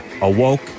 awoke